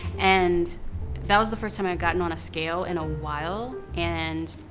and that was the first time i'd gotten on a scale in a while. and,